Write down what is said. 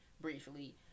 briefly